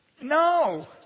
No